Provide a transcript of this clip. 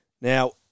Now